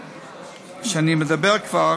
וכשאני מדבר כבר,